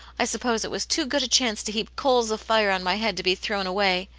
i suppose it was too good a chance to heap coals of fire on my head to be thrown away.